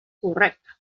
correcte